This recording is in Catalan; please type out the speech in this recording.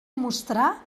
mostrar